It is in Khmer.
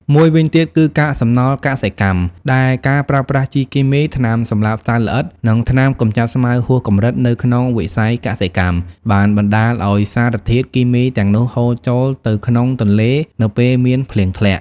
មួយវិញទៀតគឺ កាកសំណល់កសិកម្ម ដែលការប្រើប្រាស់ជីគីមី ថ្នាំសម្លាប់សត្វល្អិត និងថ្នាំកម្ចាត់ស្មៅហួសកម្រិតនៅក្នុងវិស័យកសិកម្ម បានបណ្តាលឱ្យសារធាតុគីមីទាំងនោះហូរចូលទៅក្នុងទន្លេនៅពេលមានភ្លៀងធ្លាក់។